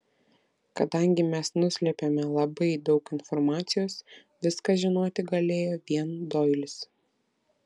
kadangi mes nuslėpėme labai daug informacijos viską žinoti galėjo vien doilis